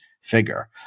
figure